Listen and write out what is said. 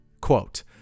quote